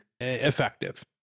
effective